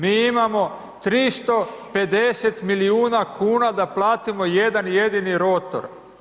Mi imamo 350 milijuna kuna, da platimo jedan jedini rotor.